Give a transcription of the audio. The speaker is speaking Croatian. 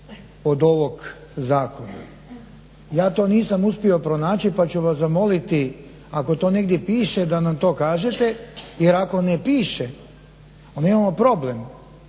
od ovog zakona. Ja to nisam uspio pronaći pa ću vas zamoliti ako to negdje piše da nam to kažete jer ako ne piše onda imamo problem